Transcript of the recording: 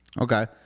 Okay